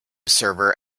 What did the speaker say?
server